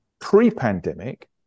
Pre-pandemic